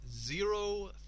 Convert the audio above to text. zero